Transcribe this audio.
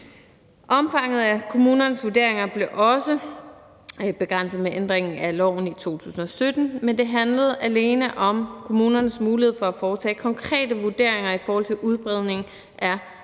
Omfanget af kommunernes vurderinger blev også begrænset med ændringen af loven i 2017, men det handlede alene om kommunernes mulighed for at foretage konkrete vurderinger i forhold til udbredning af